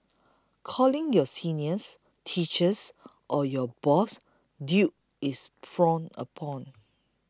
calling your seniors teachers or your boss dude is frowned upon